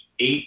eight